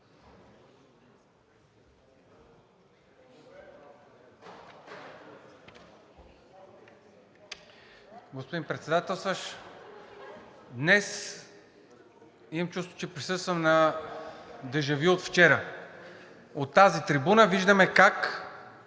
Господин Председателстващ, днес имам чувството, че присъствам на дежавю от вчера. От тази трибуна виждаме как